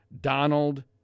Donald